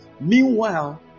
Meanwhile